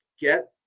get